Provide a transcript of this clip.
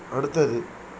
அடுத்தது